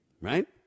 right